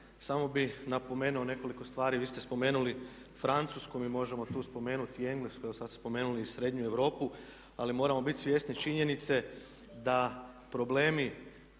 samo bih napomenuo nekoliko stvari. Vi ste spomenuli Francusku, mi možemo tu spomenuti i Englesku, evo sada ste spomenuli i srednju Europu ali moramo biti svjesni činjenice da problemi